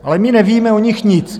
Ale my nevíme o nich nic.